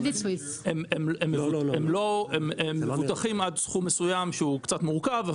הם מבוטחים עד סכום מסוים, שהוא קצת מורכב,